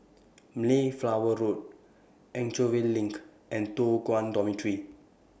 Mayflower Road Anchorvale LINK and Toh Guan Dormitory